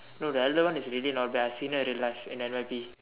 no the elder one is really not bad I've seen her in real life in N_Y_P